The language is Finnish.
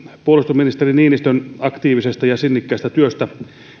puolustusministeri niinistön aktiivisesta ja sinnikkäästä työstä